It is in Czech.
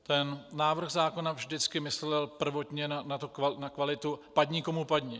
Ten návrh zákona vždycky myslel prvotně na kvalitu, padni komu padni.